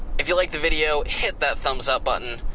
if you like the video, hit that thumbs up button,